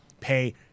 pay